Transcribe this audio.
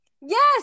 Yes